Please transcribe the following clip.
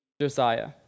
Josiah